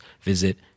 visit